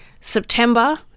September